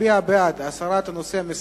מצביע בעד העברת